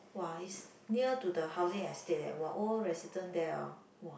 [wah] is near to the housing estate eh [wah] old resident there hor [wah]